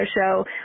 show